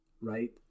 right